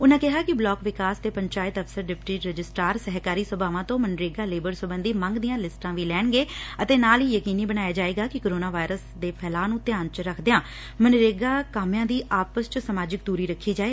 ਉਨੂਾ ਕਿਹਾ ਕਿ ਬਲਾਕ ਵਿਕਾਸ ਤੇ ਪੰਚਾਇਤ ਅਫ਼ਸਰ ਡਿਪਟੀ ਰਜਿਸਟਾਰ ਸਹਿਕਾਰੀ ਸਭਾਵਾਂ ਤੋਂ ਮਨਰੇਗਾ ਲੇਬਰ ਸਬੰਧੀ ਮੰਗ ਦੀਆ ਲਿਸਟਾ ਵੀ ਲੈਣਗੇ ਅਤੇ ਨਾਲ ਹੀ ਯਕੀਨੀ ਬਣਾਇਆ ਜਾਏਗਾ ਕਿ ਕੋਰੋਨਾ ਵਾਇਰਸ ਦੇ ਫੈਲਾਅ ਨੂੰ ਧਿਆਨ ਚ ਰੱਖਦਿਆਂ ਮਨਰੇਗਾ ਕਾਮਿਆਂ ਦੀ ਆਪਸ ਚ ਸਮਾਜਿਕ ਦੁਰੀ ਰੱਖੀ ਜਾਏ